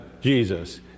Jesus